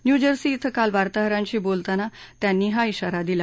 new Jersey विं काल वार्ताहरांशी बोलताना त्यांनी हा िगारा दिला